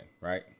right